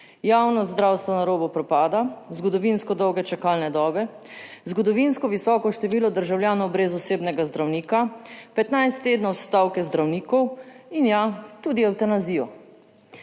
Javno zdravstvo na robu propada, zgodovinsko dolge čakalne dobe, zgodovinsko visoko število državljanov brez osebnega zdravnika, 15 tednov stavke zdravnikov in, ja, tudi evtanazijo.